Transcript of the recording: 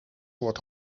wordt